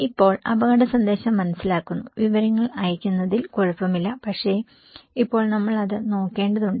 ഇപ്പോൾ അപകട സന്ദേശം മനസ്സിലാക്കുന്നു വിവരങ്ങൾ അയയ്ക്കുന്നതിൽ കുഴപ്പമില്ല പക്ഷേ ഇപ്പോൾ നമ്മൾ അത് നോക്കേണ്ടതുണ്ട്